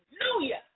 Hallelujah